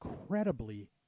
incredibly